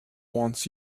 wants